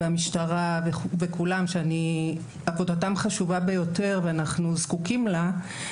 המשטרה וכולם שעבודתם חשובה ביותר ואנחנו זקוקים לה,